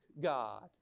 God